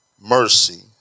Mercy